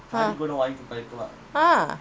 !huh! !huh!